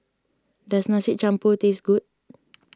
does Nasi Campur taste good